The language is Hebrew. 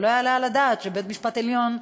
ולא יעלה על הדעת שבבית-משפט העליון,